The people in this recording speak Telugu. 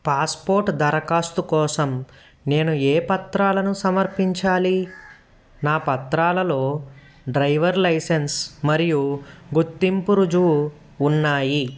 పాస్పోర్ట్ దరఖాస్తు కోసం నేను ఏ పత్రాలను సమర్పించాలి నా పత్రాలలో డ్రైవర్ లైసెన్స్ మరియు గుర్తింపు రుజువు ఉన్నాయి